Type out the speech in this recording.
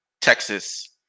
Texas